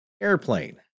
airplane